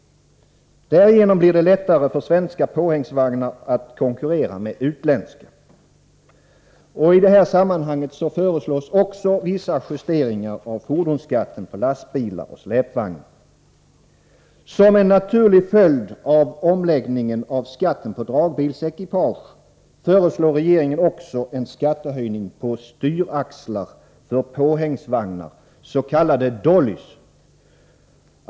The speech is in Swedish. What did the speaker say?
Därigenom blir det lättare Torsdagen den för svenska påhängsvagnar att konkurrera med utländska. I det här 17 maj 1984 sammanhanget föreslås också vissa justeringar av fordonsskatten på lastbilar och släpvagnar. Som en naturlig följd av omläggningen av skatten på dragbilsekipage föreslår regeringen också en skattehöjning på styraxlar för påhängsvagnar, s.k. dollys.